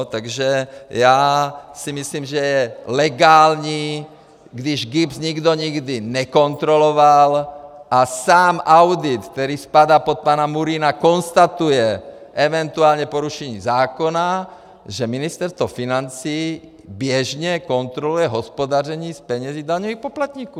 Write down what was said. Takže já si myslím, že je legální, když GIBS nikdo nikdy nekontroloval a sám audit, který spadá pod pana Murína, konstatuje eventuální porušení zákona, že Ministerstvo financí běžně kontroluje hospodaření s penězi daňových poplatníků.